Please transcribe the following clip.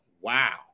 Wow